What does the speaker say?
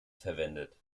verwendet